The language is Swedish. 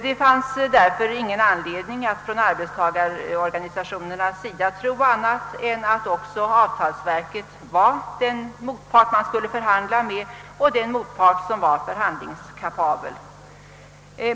Det fanns därför ingen anledning för arbetstagarorganisationerna att tro annat än att avtalsverket också var den motpart de skulle förhandla med och en motpart som var förhandlingskapabel.